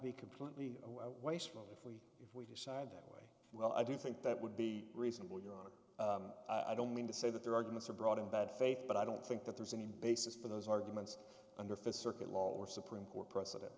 be completely wasteful if we if we decide that way well i do think that would be reasonable your honor i don't mean to say that their arguments are brought in bad faith but i don't think that there's any basis for those arguments under fist circuit law or supreme court precedent